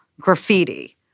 graffiti